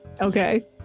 okay